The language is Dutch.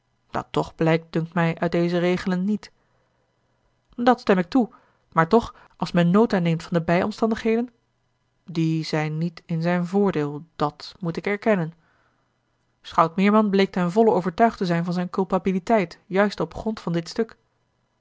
dat toch blijkt dunkt mij uit deze regelen niet dat stem ik toe maar toch als men nota neemt van de bijomstandigheden die zijn niet in zijn voordeel dat moet ik erkennen schout meerman bleek ten volle overtuigd te zijn van zijne culpabiliteit juist op grond van dit stuk